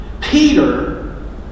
Peter